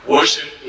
Worship